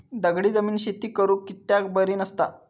दगडी जमीन शेती करुक कित्याक बरी नसता?